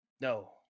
No